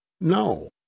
No